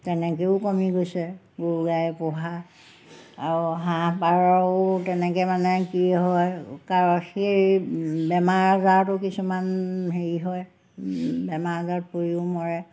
তেনেকৈও কমি গৈছে গৰু গাই পোহা আৰু হাঁহ পাৰও তেনেকৈ মানে কি হয় সেই বেমাৰ আজাৰতো কিছুমান হেৰি হয় বেমাৰ আজাৰত পৰিও মৰে